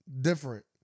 Different